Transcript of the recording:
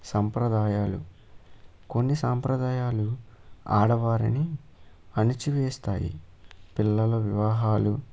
సంప్రదాయాలు కొన్ని సాంప్రదాయాలు ఆడవారిని అణిచివేస్తాయి పిల్లల వివాహాలు